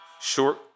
short-